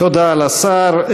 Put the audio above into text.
תודה לשר.